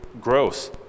gross